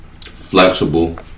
flexible